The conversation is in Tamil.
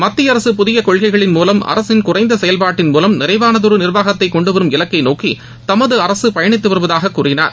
மத்திய அரசு புதிய கொள்கைகள் மூலம் அரசின் குறைந்த செயல்பாட்டின் மூலம் நிறைவானதொரு நிர்வாகத்தை கொண்டுவரும் இலக்கை நோக்கி தமது அரசு பயணித்து வருவதாக கூறினார்